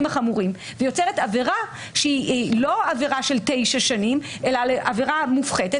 החמורים ויוצרת עבירה שהיא לא עבירה של תשע שנים אלא עבירה מופחתת.